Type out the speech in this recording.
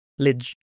Lidge